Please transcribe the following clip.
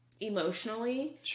emotionally